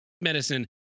medicine